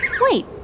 Wait